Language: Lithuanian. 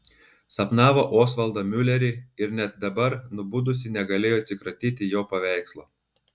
sapnavo osvaldą miulerį ir net dabar nubudusi negalėjo atsikratyti jo paveikslo